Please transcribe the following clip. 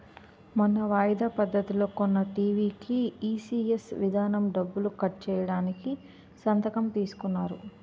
మొన్న వాయిదా పద్ధతిలో కొన్న టీ.వి కీ ఈ.సి.ఎస్ విధానం డబ్బులు కట్ చేయడానికి సంతకం తీసుకున్నారు